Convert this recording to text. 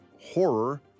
horror